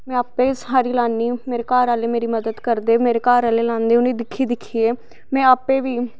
में आपें सारी लान्नी मेरे घर आह्ले मेरी मदद करदे मेरे घर आहले लांदे में उनें ई दिक्खी दिक्खियै में आपें ई सारी लान्नी